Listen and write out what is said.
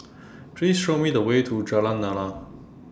Please Show Me The Way to Jalan Lana